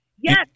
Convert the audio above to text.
yes